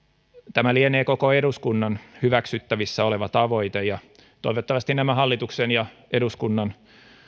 tämä lienee koko eduskunnan hyväksyttävissä oleva tavoite ja toivottavasti nämä hallituksen ja eduskunnan